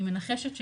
אני מנחשת שלא,